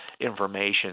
information